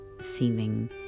seeming